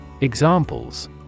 Examples